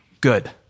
good